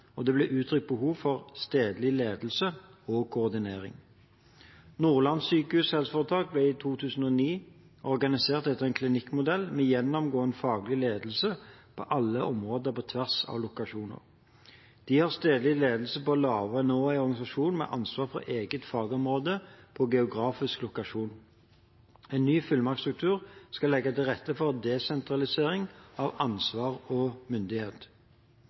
og det ble uttrykt behov for stedlig ledelse og koordinering. Nordlandssykehuset HF ble i 2009 organisert etter en klinikkmodell med gjennomgående faglig ledelse på alle områder, på tvers av lokasjoner. De har stedlig ledelse på lavere nivå i organisasjonen med ansvar for eget fagområde på en geografisk lokasjon. En ny fullmaktsstruktur skal legge til rette for desentralisering av ansvar og myndighet.